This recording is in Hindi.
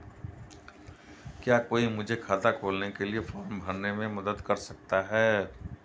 क्या कोई मुझे खाता खोलने के लिए फॉर्म भरने में मदद कर सकता है?